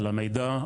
על המידע,